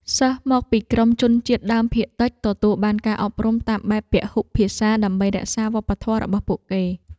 សិស្សមកពីក្រុមជនជាតិដើមភាគតិចទទួលបានការអប់រំតាមបែបពហុភាសាដើម្បីរក្សាវប្បធម៌របស់ពួកគេ។